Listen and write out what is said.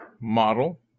model